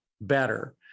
better